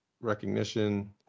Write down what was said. recognition